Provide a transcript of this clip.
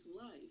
life